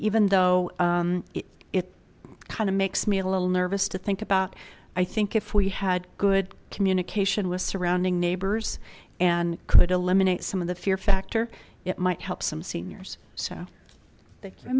even though it kind of makes me a little nervous to think about i think if we had good communication with surrounding neighbors and could eliminate some of the fear factor it might help some seniors so